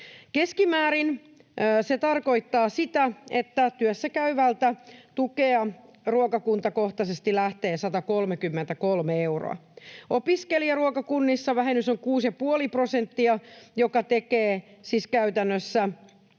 Keskimäärin se tarkoittaa sitä, että työssäkäyvältä tukea ruokakuntakohtaisesti lähtee 133 euroa. Opiskelijaruokakunnissa vähennys on 6,5 prosenttia, joka tekee siis käytännössä 76